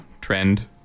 trend